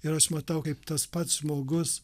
ir aš matau kaip tas pats žmogus